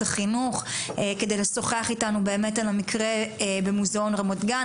החינוך כדי לשוחח איתנו באמת על המקרה במוזיאון רמת גן,